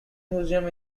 museum